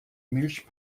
milch